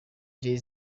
jay